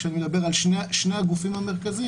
כשאני מדבר על שני הגופים המרכזיים,